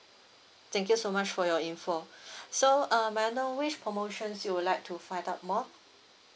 thank you so much for your info so uh may I know which promotions you would like to find out more